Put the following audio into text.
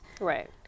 Right